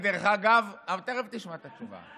אני, דרך אגב, תכף תשמע את התשובה.